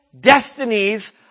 destinies